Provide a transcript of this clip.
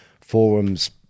forums